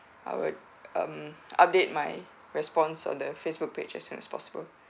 I would um update my response on the facebook page as soon as possible